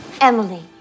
Emily